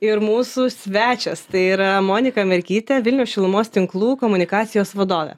ir mūsų svečias tai yra monika merkytė vilniaus šilumos tinklų komunikacijos vadovė